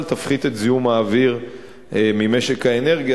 תפחית את זיהום האוויר ממשק האנרגיה,